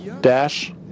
dash